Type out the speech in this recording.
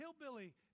hillbilly